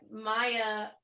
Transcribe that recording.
Maya